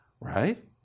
right